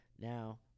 Now